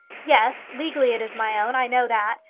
yes legally it is my own. i know that.